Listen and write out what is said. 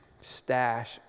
stash